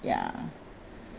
ya